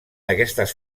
aquestes